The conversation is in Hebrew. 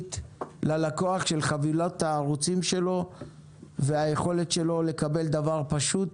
משמעותית ללקוח של חבילות הערוצים שלו והיכולת לקבל דבר פשוט,